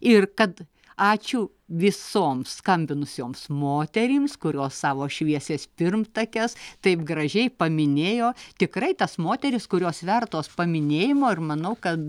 ir kad ačiū visoms skambinusioms moterims kurios savo šviesias pirmtakes taip gražiai paminėjo tikrai tas moteris kurios vertos paminėjimo ir manau kad